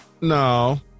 no